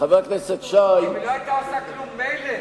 חבר הכנסת שי, אם לא היתה עושה כלום, מילא.